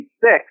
six